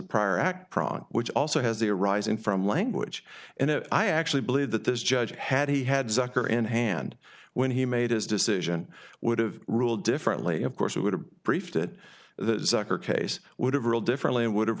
prior act prong which also has the arising from language and i actually believe that this judge had he had sucker in hand when he made his decision would have ruled differently of course it would have briefed it the zucker case would have ruled differently and would have